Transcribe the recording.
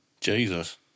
Jesus